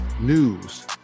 news